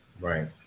Right